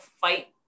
fight